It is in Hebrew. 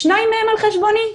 שניים מהם על חשבוני.